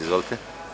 Izvolite.